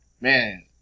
man